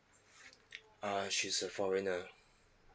uh she's a foreigner